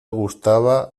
gustaba